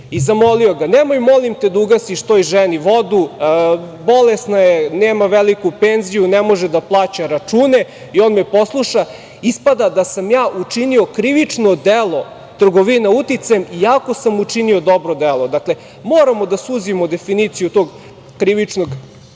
i zamolio ga – nemoj, molim te, da ugasiš to ženi vodu, bolesna je, nema veliku penziju, ne može da plaća račune i on me posluša, ispada da sam ja učinio krivično delo trgovina uticajem iako sam učinio dobro delo. Dakle, moramo da suzimo definiciju tog krivičnog dela. Kada